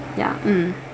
ya mm